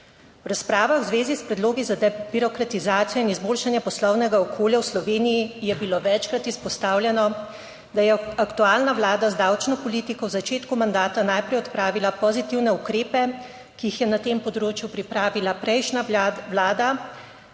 V razpravah v zvezi s predlogi za debirokratizacijo in izboljšanje poslovnega okolja v Sloveniji je bilo večkrat izpostavljen, da je aktualna vlada z davčno politiko v začetku mandata najprej odpravila pozitivne ukrepe, ki jih je na tem področju pripravila prejšnja Vlada,